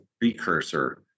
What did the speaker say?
precursor